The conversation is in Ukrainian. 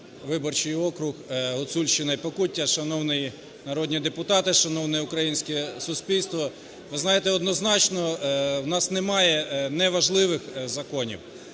виборчий округ, Гуцульщина та Покуття. Шановні народні депутати, шановне українське суспільство, ви знаєте, однозначно, у нас немає неважливих законів,